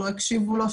שלא הקשיבו לו,